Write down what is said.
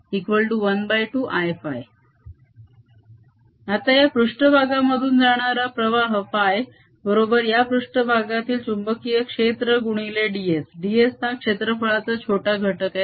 LI12Iϕ आता या पृष्ट्भागामधून जाणारा प्रवाह φ बरोबर या पृष्ट्भागातील चुंबकीय क्षेत्र गुणिले ds ds हा क्षेत्रफळाचा छोटा घटक होय